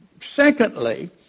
secondly